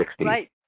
Right